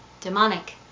demonic